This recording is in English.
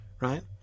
right